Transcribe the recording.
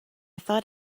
thought